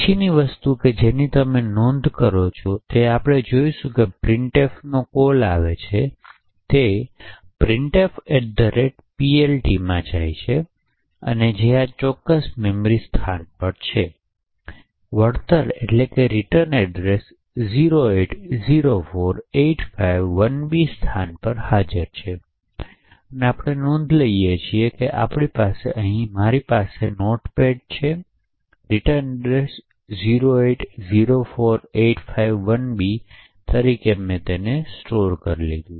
પછીની વસ્તુ જેની નોંધ કરવી છે તે આપણે જોઈશું કે printf નો કોલ આવે તે printfPLT માં જાય છે જે આ ચોક્કસ મેમરી સ્થાન પર છે અને વળતર 0804851B સ્થાન પર હાજર છે તેથી આપણે આ નોંધી શકીએ છીએ અને મારી પાસે અહીં નોટપેડ છે અને વળતર સરનામું 0804851b તરીકે નોંધો